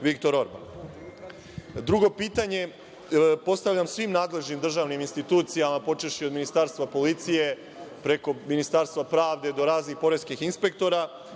Viktor Orban. Drugo pitanje, postavljam svim nadležnim državnim institucijama, počevši od MUP, preko Ministarstva pravde do raznih poreskih inspektora,